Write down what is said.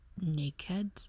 naked